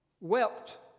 wept